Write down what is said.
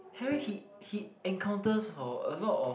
Harry he he encounters for a lot of